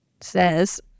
says